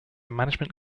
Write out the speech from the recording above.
management